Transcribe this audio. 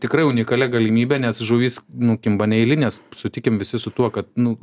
tikrai unikalia galimybe nes žuvys nu kimba neeilinės sutikim visi su tuo kad nu